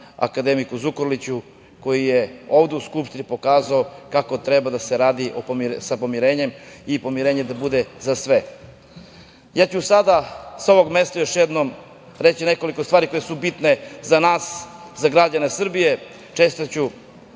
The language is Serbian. akademiku Zukorliću, koji je ovde u Skupštini pokazao kako treba da se radi sa pomirenjem i pomirenje da bude za sve. Sada ću ja sa ovog mesta još jednom reći nekoliko stvari koje su bitne za nas, za građane Srbije. Čestitaću